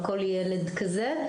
על כל ילד כזה.